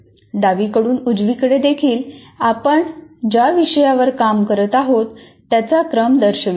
डावीकडून उजवीकडे देखील आपण ज्या विषयावर काम करत आहोत त्याचा क्रम दर्शवितो